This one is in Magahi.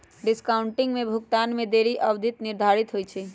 डिस्काउंटिंग में भुगतान में देरी के अवधि निर्धारित होइ छइ